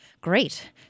Great